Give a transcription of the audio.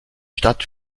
stadt